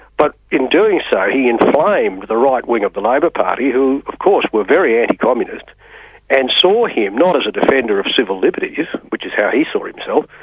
but in doing so he inflamed the right-wing of the labor party who of course were very anti-communist and saw him, not as a defender of civil liberties, which is how he saw himself,